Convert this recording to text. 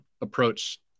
approach